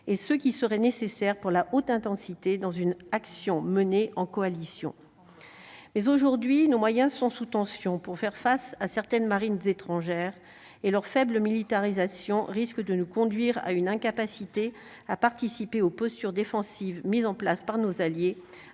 et ce qui serait nécessaire pour la haute intensité dans une action menée en coalition, mais aujourd'hui, nos moyens sont sous tension pour faire face à certaines marines étrangères et leur faible militarisation risque de nous conduire à une incapacité à participer au pot sur défensive mise en place par nos alliés,